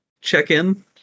check-in